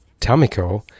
Tamiko